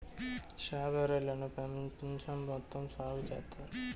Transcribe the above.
strawberry లను పెపంచం మొత్తం సాగు చేత్తారు